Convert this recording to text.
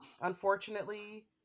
unfortunately